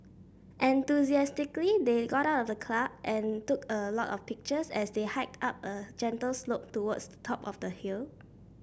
enthusiastically they got out of the and took a lot of pictures as they hiked up a gentle slope towards the top of the hill